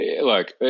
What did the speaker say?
look